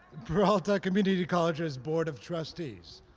ah but community college's board of trustees.